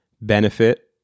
benefit